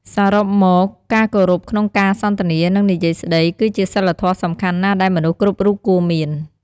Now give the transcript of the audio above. សរុបមកការគោរពក្នុងការសន្ទនានិងនិយាយស្តីគឺជាសីលធម៌សំខាន់ណាស់ដែលមនុស្សគ្រប់រូបគួរមាន។